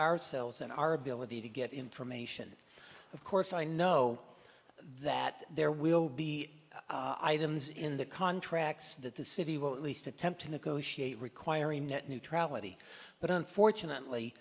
ourselves and our ability to get information of course i know that there will be in the contracts that the city will at least attempt to negotiate requiring net neutrality but unfortunately